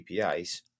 APIs